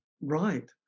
Right